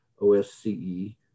OSCE